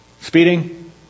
Speeding